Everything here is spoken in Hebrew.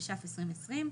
התש"ף-2020,